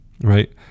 right